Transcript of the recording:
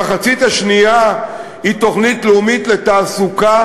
המחצית השנייה היא תוכנית לאומית לתעסוקה